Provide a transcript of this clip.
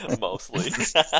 mostly